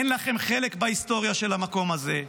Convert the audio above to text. אין לכם חלק בהיסטוריה של המקום הזה,